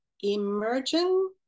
emerging